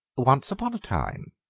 once upon time,